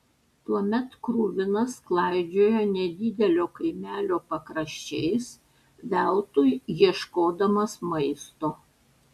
tuomet kruvinas klaidžiojo nedidelio kaimelio pakraščiais veltui ieškodamas maisto